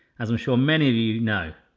as i'm sure many of you know.